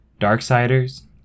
Darksiders